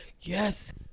yes